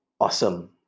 awesome